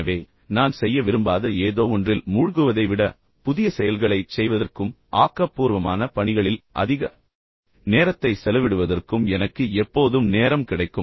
எனவே நான் செய்ய விரும்பாத ஏதோவொன்றில் மூழ்குவதை விட புதிய செயல்களைச் செய்வதற்கும் ஆக்கப்பூர்வமான பணிகளில் அதிக நேரத்தைச் செலவிடுவதற்கும் எனக்கு எப்போதும் நேரம் கிடைக்கும்